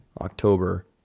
October